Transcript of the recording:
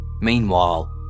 Meanwhile